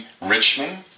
Richmond